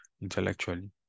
intellectually